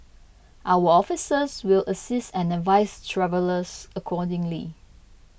our officers will assist and advise travellers accordingly